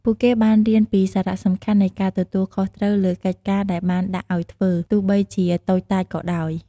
ពួកគេបានរៀនពីសារៈសំខាន់នៃការទទួលខុសត្រូវលើកិច្ចការដែលបានដាក់ឲ្យធ្វើ ទោះបីជាតូចតាចក៏ដោយ។